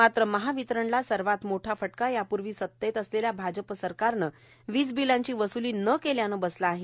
मात्र महावितरणला सर्वात मोठा फटका यापूर्वी सत्तेत असलेल्या भाजप सरकारने वीज बिलांची वस्ली न केल्याने बसला आहे